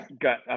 got